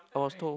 I was told